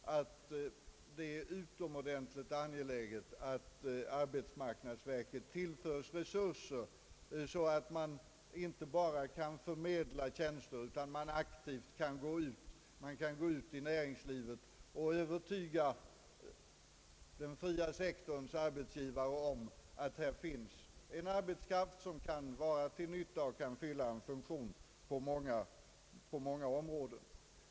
Det är utomordentligt angeläget att arbetsmarknadsverket tillförs resurser så att man där inte bara kan förmedla tjänster utan att man aktivt kan gå ut till näringslivet och försöka övertyga den fria sektorns arbetsgivare om att här finns arbetskraft som kan vara till nytta och fylla en funktion på många områden.